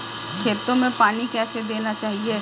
खेतों में पानी कैसे देना चाहिए?